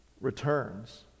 returns